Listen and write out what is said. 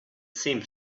seemed